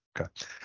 Okay